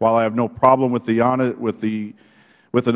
while i have no problem with an